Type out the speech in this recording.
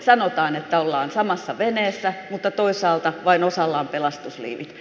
sanotaan että ollaan samassa veneessä mutta toisaalta vain osalla on pelastusliivit